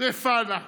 רפא נא